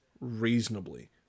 reasonably